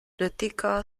netýká